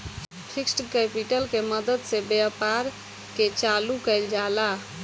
fixed capital के मदद से व्यापार के चालू कईल जाला